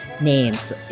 names